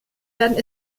werden